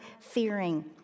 fearing